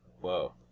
Whoa